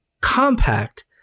compact